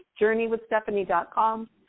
journeywithstephanie.com